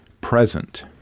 present